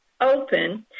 open